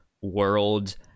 world